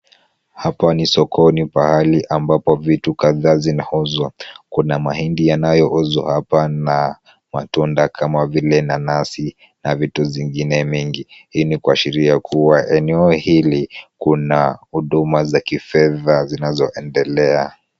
Hapa ni sokoni pahali ambapo vitu kadhaa zinauzwa. Kuna mahindi yanayouzwa hapa na matunda kama vile nanasi na vitu zingine mengi. Hii ni kuashiria kuwa eneo hili kuna huduma za kifedha zinazoendelea.